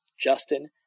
Justin